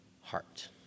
heart